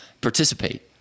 participate